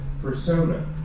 persona